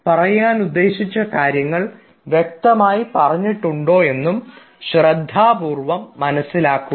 പറയാനുദ്ദേശിച്ച കാര്യങ്ങൾ വ്യക്തമായി പറഞ്ഞിട്ടുണ്ടോ എന്നും ശ്രദ്ധാപൂർവ്വം മനസ്സിലാക്കുക